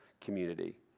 community